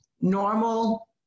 normal